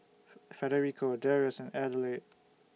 Federico Darrius and Adelaide